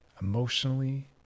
emotionally